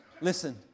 Listen